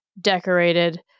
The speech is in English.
decorated